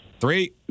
Three